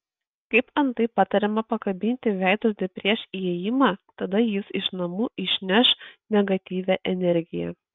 kaip antai patariama pakabinti veidrodį prieš įėjimą tada jis iš namų išneš negatyvią energiją